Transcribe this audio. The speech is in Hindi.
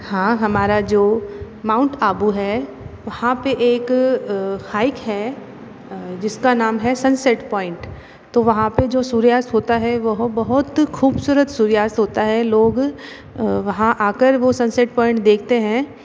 हाँ हमारा जो माउंट आबू है वहाँ पर एक हाइक है जिस का नाम है सनसेट पॉइंट तो वहाँ पर जो सूर्यास्त होता है वह बहुत ख़ूबसूरत सूर्यास्त होता है लोग वहाँ आ कर वो सनसेट पॉइंट देखते हैं